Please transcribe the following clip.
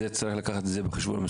משרד הבריאות צריך לקחת זאת בחשבון.